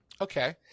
okay